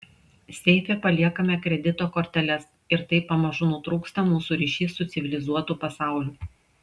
seife paliekame kredito korteles ir taip pamažu nutrūksta mūsų ryšys su civilizuotu pasauliu